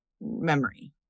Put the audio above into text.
memory